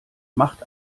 macht